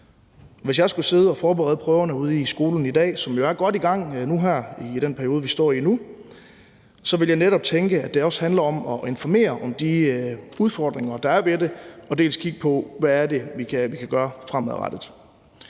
Hvis jeg skulle sidde og forberede prøverne ude i skolen i dag – og det er de jo godt i gang med i øjeblikket – ville jeg netop tænke, at det også handler om at informere om de udfordringer, der er ved det, og også kigge på, hvad vi kan gøre fremadrettet.